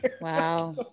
wow